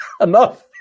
enough